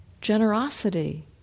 generosity